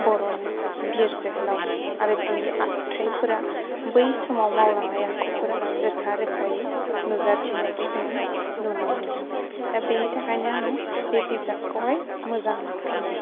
बर'नि बिर जोहोलावमोन आरो बेनि आखुथाइफोरा बै समाव मावलांनाय आखुफोरा रोखा रोखायै नुजाथिनायखौ जों नुनो मोनदों दा बेनि थाखायनो आङो बे बिजाबखौहाय मोजां मोनफिनदों